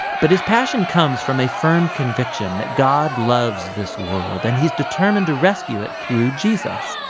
but his passion comes from a firm conviction that god loves this world and he is determined to rescue it through jesus.